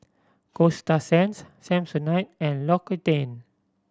Coasta Sands Samsonite and L'Occitane